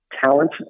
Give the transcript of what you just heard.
talent